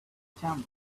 chamber